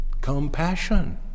Compassion